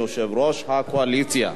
יושב-ראש הקואליציה.